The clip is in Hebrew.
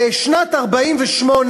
בשנת 1948,